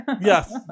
Yes